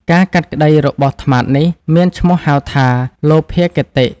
ការកាត់ក្ដីរបស់ត្នោតនេះ មានឈ្មោះហៅថា លោភាគតិ។